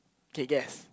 okay guess